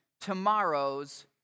tomorrow's